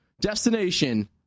Destination